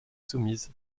soumise